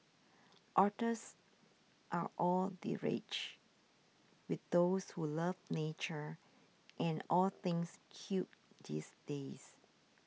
otters are all the rage with those who love nature and all things cute these days